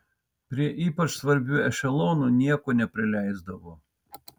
prie ypač svarbių ešelonų nieko neprileisdavo